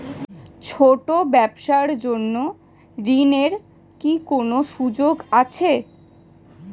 ছোট ব্যবসার জন্য ঋণ এর কি কোন সুযোগ আছে?